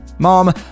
mom